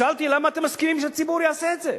אז שאלתי: למה אתם מסכימים שהציבור יעשה את זה?